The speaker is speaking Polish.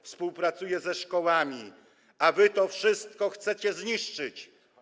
współpracuje ze szkołami, a wy to wszystko chcecie zniszczyć.